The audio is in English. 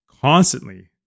constantly